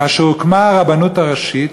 כאשר הוקמה הרבנות הראשית,